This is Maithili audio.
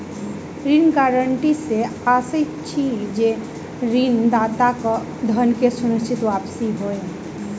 ऋण गारंटी सॅ आशय अछि जे ऋणदाताक धन के सुनिश्चित वापसी होय